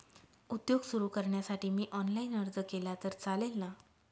उद्योग सुरु करण्यासाठी मी ऑनलाईन अर्ज केला तर चालेल ना?